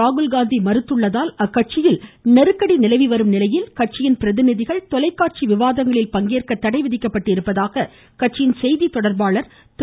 ராகுல் காந்தி மறுத்துள்ளதால் அக்கட்சியில் நெருக்கடி நிலவிவரும் நிலையில் கட்சியின் பிரதிநிதிகள் தொலைக்காட்சி விவாதங்களில் பங்கேற்க தடை விதிக்கப்பட்டுள்ளதாக அதன் செய்தி தொடர்பாளர் திரு